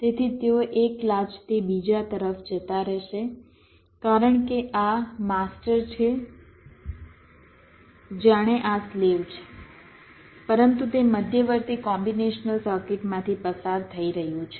તેથી તેઓ એક લાચથી બીજી તરફ જતા રહેશે જાણે કે આ માસ્ટર છે જાણે આ સ્લેવ છે પરંતુ તે મધ્યવર્તી કોમ્બીનેશનલ સર્કિટમાંથી પસાર થઈ રહ્યું છે